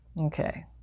Okay